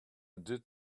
did